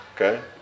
Okay